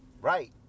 right